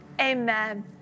amen